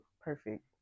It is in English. perfect